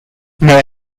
may